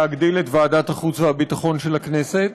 להגדיל את ועדת החוץ והביטחון של הכנסת,